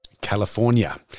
California